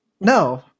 No